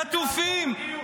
חטופים,